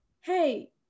hey